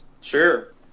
Sure